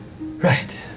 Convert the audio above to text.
Right